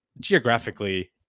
geographically